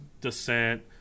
descent